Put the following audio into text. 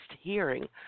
hearing